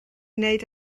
wneud